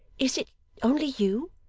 is it only you